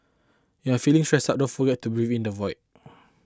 you are feeling stressed out don't forget to breathe in the void